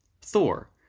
Thor